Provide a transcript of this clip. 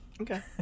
Okay